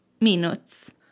minutes